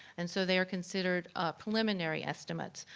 and so they are considered preliminary estimates,